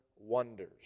wonders